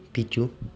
pichu